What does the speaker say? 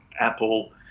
apple